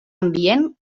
ambient